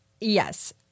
Yes